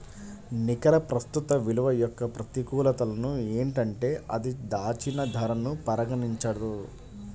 నికర ప్రస్తుత విలువ యొక్క ప్రతికూలతలు ఏంటంటే అది దాచిన ధరను పరిగణించదు